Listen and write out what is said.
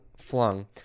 flung